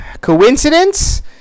Coincidence